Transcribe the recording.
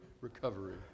recovery